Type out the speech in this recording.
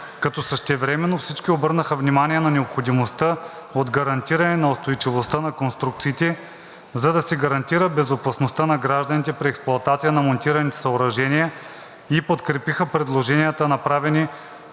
като същевременно всички обърнаха внимание на необходимостта от гарантиране на устойчивостта на конструкциите, за да се гарантира безопасността на гражданите при експлоатацията на монтираните съоръжения и подкрепиха предложенията, направени